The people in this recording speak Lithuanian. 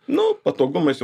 nu patogumais